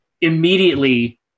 immediately